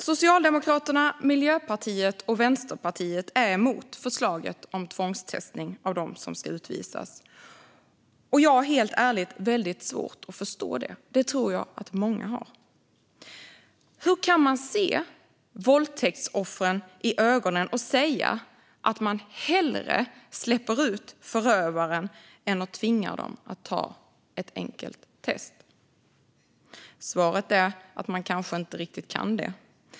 Socialdemokraterna, Miljöpartiet och Vänsterpartiet är emot förslaget om tvångstestning av dem som ska utvisas. Jag har helt ärligt väldigt svårt att förstå det. Det tror jag att många har. Hur kan man se våldtäktsoffren i ögonen och säga att man hellre släpper ut förövarna än tvingar dem att ta ett enkelt test? Svaret är att man kanske inte riktigt kan det.